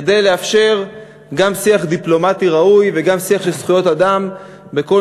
כדי לאפשר גם שיח דיפלומטי ראוי וגם שיח של זכויות אדם בכל